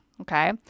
Okay